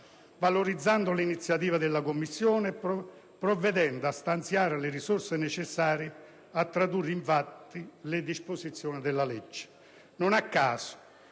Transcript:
valorizzando l'iniziativa della Commissione e provvedendo a stanziare le risorse necessarie a tradurre in fatti le disposizioni della legge, non a caso,